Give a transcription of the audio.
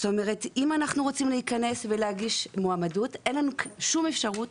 זאת אמרת אם אנחנו רוצים להיכנס ולהגיש מועמדות אין לנו שום אפשרות